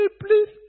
please